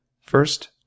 First